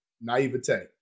naivete